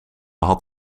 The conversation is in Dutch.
had